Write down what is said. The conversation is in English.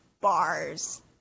bars